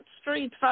Street